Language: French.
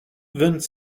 vingt